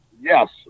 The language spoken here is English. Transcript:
Yes